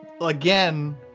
again